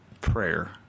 prayer